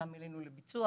אלינו לביצוע